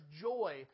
joy